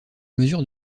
mesures